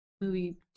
movie